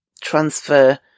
transfer